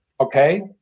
okay